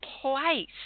place